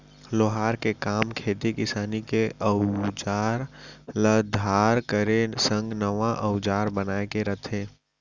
लोहार के काम खेती किसानी के अउजार ल धार करे संग नवा अउजार बनाए के रथे